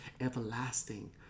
everlasting